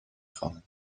خواهم